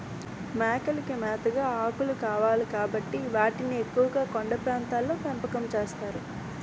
మేకలకి మేతగా ఆకులు కావాలి కాబట్టి వాటిని ఎక్కువుగా కొండ ప్రాంతాల్లో పెంపకం చేస్తారు